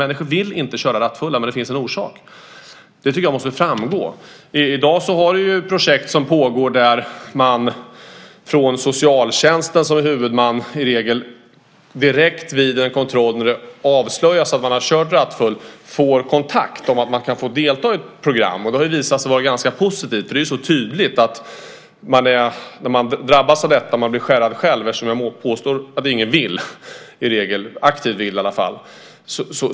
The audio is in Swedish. Människor vill inte köra rattfulla, men det finns en orsak. Det tycker jag måste framgå. I dag har vi projekt som pågår där man med socialtjänsten som huvudman, i regel, direkt vid en kontroll där det avslöjas att någon har kört rattfull får kontakt. Man får veta att man kan få delta i ett program. Det har visat sig vara ganska positivt. Det är ju så tydligt att man blir skärrad själv när man drabbas av detta. Jag påstår ju att ingen i regel aktivt vill köra rattfull.